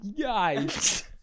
Guys